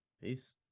Peace